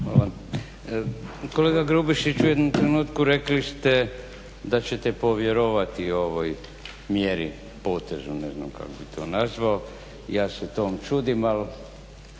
rada)** Kolega Grubišiću u jednom trenutku rekli ste da ćete povjerovati ovoj mjeri, potezu ne znam kako bih to nazvao. Ja se tom čudim ali